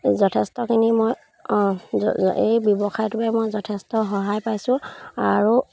যথেষ্টখিনি মই অঁ এই ব্যৱসায়টোৱে মই যথেষ্ট সহায় পাইছোঁ আৰু